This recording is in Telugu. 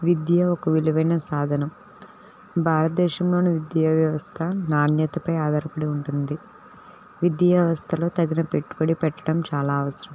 విద్య ఒక విలువైన సాధనం భారతదేశంలోని విద్యా వ్యవస్థ నాణ్యతపై ఆధారపడి ఉంటుంది విద్యా వ్యవస్థలో తగిన పెట్టుబడి పెట్టడం చాలా అవసరం